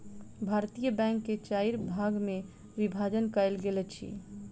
भारतीय बैंक के चाइर भाग मे विभाजन कयल गेल अछि